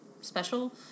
special